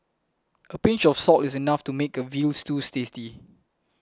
a pinch of salt is enough to make a Veal Stew tasty